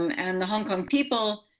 um and the hong kong people